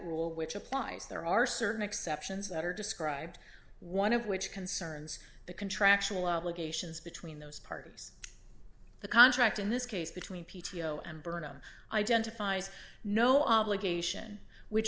rule which applies there are certain exceptions that are described one of which concerns the contractual obligations between those parties the contract in this case between p t o and burnham identifies no obligation which